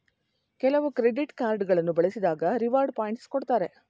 ಕೆಲವು credit card ಗಳನ್ನು ಬಳಸಿದಾಗ ರಿವಾರ್ಡ್ ಪಾಯಿಂಟ್ಸ್ ಕೊಡ್ತಾರೆ